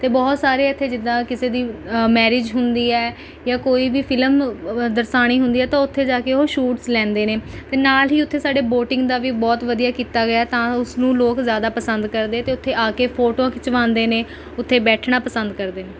ਅਤੇ ਬਹੁਤ ਸਾਰੇ ਇੱਥੇ ਜਿੱਦਾਂ ਕਿਸੇ ਦੀ ਮੈਰਿਜ਼ ਹੁੰਦੀ ਹੈ ਜਾਂ ਕੋਈ ਵੀ ਫਿਲਮ ਵ ਵ ਦਰਸਾਉਣੀ ਹੁੰਦੀ ਹੈ ਤਾਂ ਉੱਥੇ ਜਾ ਕੇ ਉਹ ਸ਼ੂਟਸ ਲੈਂਦੇ ਨੇ ਅਤੇ ਨਾਲ ਹੀ ਉੱਥੇ ਸਾਡੇ ਬੋਟਿੰਗ ਦਾ ਵੀ ਬਹੁਤ ਵਧੀਆ ਕੀਤਾ ਗਿਆ ਤਾਂ ਉਸਨੂੰ ਲੋਕ ਜ਼ਿਆਦਾ ਪਸੰਦ ਕਰਦੇ ਅਤੇ ਉੱਥੇ ਆ ਕੇ ਫੋਟੋਆਂ ਖਿੱਚਵਾਉਂਦੇ ਨੇ ਉੱਥੇ ਬੈਠਣਾ ਪਸੰਦ ਕਰਦੇ ਨੇ